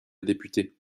députée